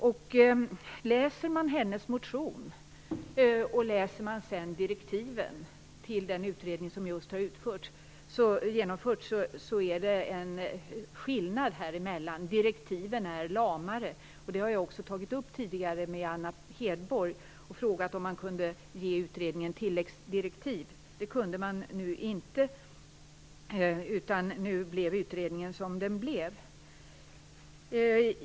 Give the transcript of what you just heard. Det finns en skillnad mellan hennes motion och direktiven till den utredning som just har genomförts. Direktiven är lamare, och det har jag också tagit upp tidigare med Anna Hedborg och frågat om man kunde ge utredningen tilläggsdirektiv. Det kunde man nu inte, utan utredningen blev som den blev.